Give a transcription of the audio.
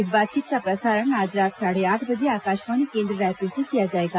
इस बातचीत का प्रसारण आज रात साढ़े आठ बजे आकाशवाणी केन्द्र रायपुर से किया जाएगा